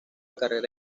carrera